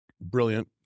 Brilliant